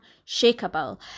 unshakable